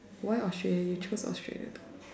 why Australia you choose Australia